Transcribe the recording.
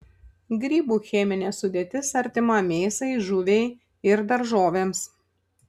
grybų cheminė sudėtis artima mėsai žuviai ir daržovėms